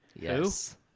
Yes